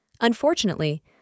Unfortunately